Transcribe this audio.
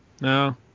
No